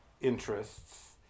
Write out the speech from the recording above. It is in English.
interests